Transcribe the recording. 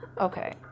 Okay